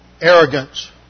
arrogance